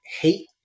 hate